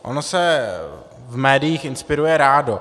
Ono se v médiích inspiruje rádo.